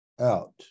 out